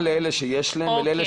היא פנתה לאלה שיש להם ולאלה